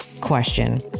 question